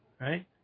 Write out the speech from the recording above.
right